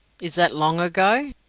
is that long ago?